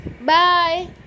Bye